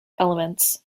elements